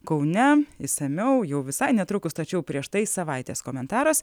kaune išsamiau jau visai netrukus tačiau prieš tai savaitės komentaras